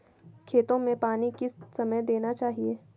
खेतों में पानी किस समय देना चाहिए?